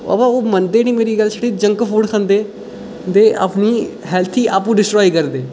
पर ओह् मनदे निं मेरी गल्ल छड़ा जंक फूड खंदे न ते अपनी हैल्थ गी आपूं डिस्ट्राय करदे